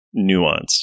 nuanced